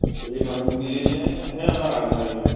সেই মানুহখিনিয়ে হে আমাক আগবঢ়াই নিব